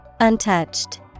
Untouched